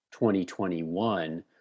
2021